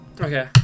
Okay